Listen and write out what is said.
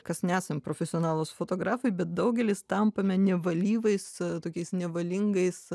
kas nesam profesionalūs fotografai bet daugelis tampame nevalyvais tokiais nevalingais